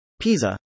Pisa